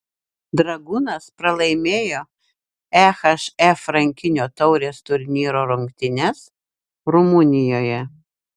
dragūnas pralaimėjo ehf rankinio taurės turnyro rungtynes rumunijoje